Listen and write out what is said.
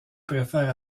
préfère